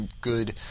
good